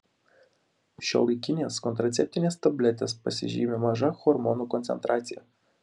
šiuolaikinės kontraceptinės tabletės pasižymi maža hormonų koncentracija